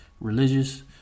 religious